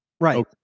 Right